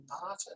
Martin